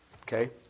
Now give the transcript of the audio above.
Okay